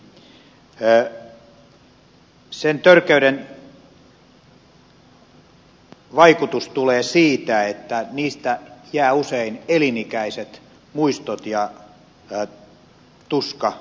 sen törkeyden vaikutus tulee siitä että niistä jäävät usein elinikäiset muistot ja tuska rikoksen uhrille